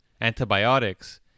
antibiotics